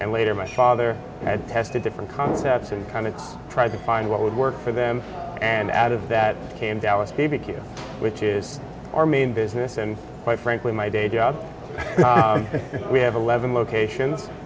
and later my father had tested different concepts and kind of tried to find what would work for them and out of that came dallas b b q which is our main business and quite frankly my day job we have eleven locations